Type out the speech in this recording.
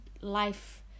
life